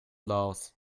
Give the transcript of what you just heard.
laos